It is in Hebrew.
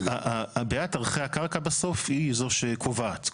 בעיית ערכי הקרקע בסוף היא זו שקובעת.